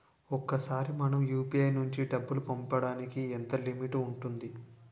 ఒకేసారి మనం యు.పి.ఐ నుంచి డబ్బు పంపడానికి ఎంత లిమిట్ ఉంటుంది?